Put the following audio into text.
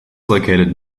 located